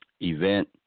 event